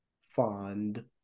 fond